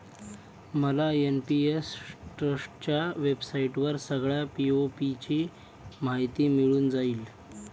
मला एन.पी.एस ट्रस्टच्या वेबसाईटवर सगळ्या पी.ओ.पी ची माहिती मिळून जाईल